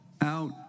out